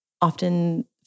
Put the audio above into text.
often